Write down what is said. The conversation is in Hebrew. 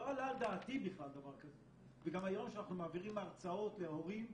לא עלה על דעתי בכלל דבר כזה וגם היום כשאנחנו מעבירים הרצאות להורים,